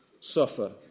Suffer